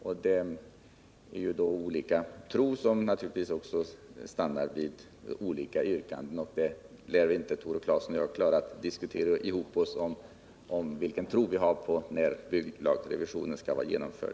Våra olika uppfattningar gör att vi kommer fram till olika yrkanden, och Tore Claeson och jag lär inte klara av att diskutera ihop oss till en gemensam uppfattning om när bygglagsrevisionen skall vara genomförd.